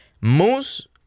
Moose